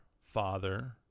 father